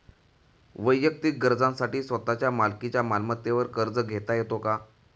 वैयक्तिक गरजांसाठी स्वतःच्या मालकीच्या मालमत्तेवर कर्ज घेता येतो का?